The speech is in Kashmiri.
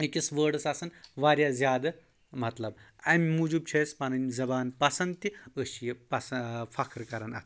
أکِس وٲڑس آسان واریاہ زیادٕ مطلب اَمہِ موٗجوٗب چھِ أسۍ پَنٕنۍ زَبان پَسنٛد تہِ أسۍ چھِ یہِ پس فَخر کَرَان اَتھ پٮ۪ٹھ